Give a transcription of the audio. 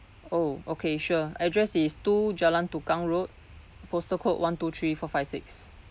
oh okay sure address is two jalan tukang road postal code one two three four five six